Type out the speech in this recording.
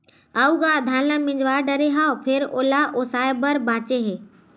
अउ गा धान ल मिजवा डारे हव फेर ओला ओसाय बर बाचे हे